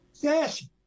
Yes